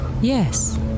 Yes